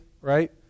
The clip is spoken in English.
right